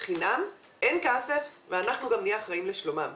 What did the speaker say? חינם אין כסף, ואנחנו גם נהיה אחראים לשלומם.